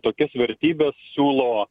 tokias vertybes siūlo